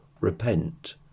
repent